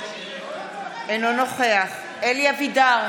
אינו נוכח אלי אבידר,